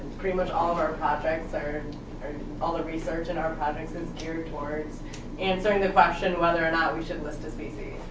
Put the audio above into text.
pretty much all of our projects, or all the research in our projects, is geared towards answering the question whether or not list a species.